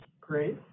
Great